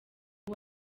uwo